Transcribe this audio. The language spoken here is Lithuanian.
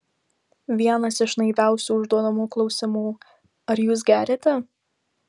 vienas iš naiviausių užduodamų klausimų ar jūs geriate